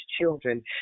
children